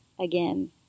again